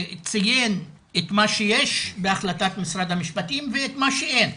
ציין את מה שיש בהחלטת משרד המפשטים ואת מה שאין.